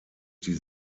die